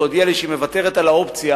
והודיעה לי שהיא מוותרת על האופציה